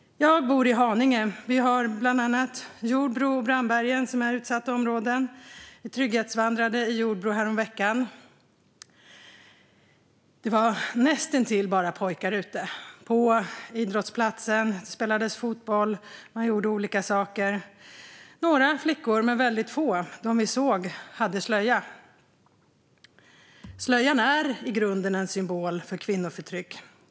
Jag bor i Haninge, där bland annat Jordbro och Brandbergen är utsatta områden. Vi trygghetsvandrade i Jordbro häromveckan. Det var näst intill bara pojkar ute. På idrottsplatsen spelades fotboll. Man gjorde olika saker. Vi såg väldigt få flickor, och de som vi såg hade slöja. Slöjan är i grunden en symbol för kvinnoförtryck.